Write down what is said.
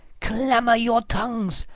clamour your tongues,